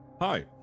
Hi